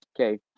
Okay